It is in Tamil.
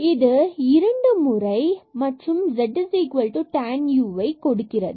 இது இரண்டு முறை z மற்றும் z tan uஐ கொடுக்கிறது